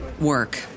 work